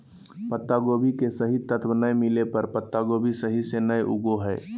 पत्तागोभी के सही तत्व नै मिलय पर पत्तागोभी सही से नय उगो हय